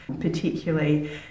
particularly